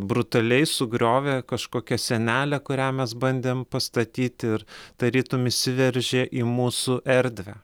brutaliai sugriovė kažkokia sienelę kurią mes bandėm pastatyt ir tarytum įsiveržė į mūsų erdvę